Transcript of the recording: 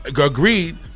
agreed